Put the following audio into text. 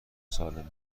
سالم